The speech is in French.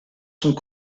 sont